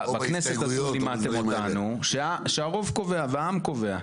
בכנסת הזו לימדתם אותנו שהרוב קובע והעם קובע.